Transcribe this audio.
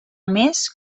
més